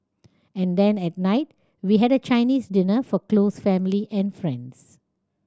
and then at night we had a Chinese dinner for close family and friends